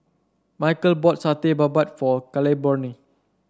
Michal bought Satay Babat for Claiborne